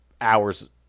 Hours